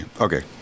Okay